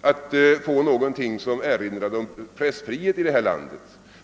att få någonting som liknade pressfrihet här i landet.